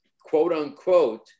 quote-unquote